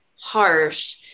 harsh